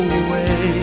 away